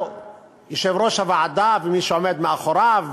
או יושב-ראש הוועדה ומי שעומד מאחוריו,